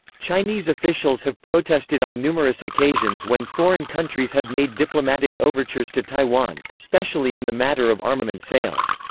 chinese officials have protested on numerous occasions when foreign countries have made diplomatic overtures to taiwan, especially in the matter of armament sales.